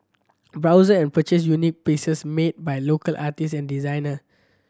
browse and purchase unique pieces made by local artists and designer